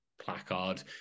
placard